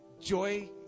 joy